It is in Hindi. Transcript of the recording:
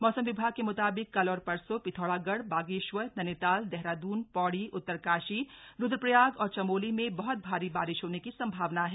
मौसम विभाग के म्ताबिक कल और परसो पिथौरागढ़ बागेश्वर नैनीताल देहराद्न पौड़ी उत्तरकाशी रुद्रप्रयाग और चमोली में बहृत भारी बारिश होने की संभावना है